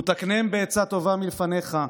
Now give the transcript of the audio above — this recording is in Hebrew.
ותקנם בעצה טובה מלפניך.